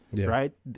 right